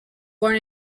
born